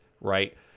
right